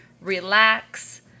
relax